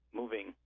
moving